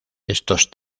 estos